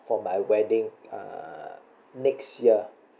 for my wedding uh next year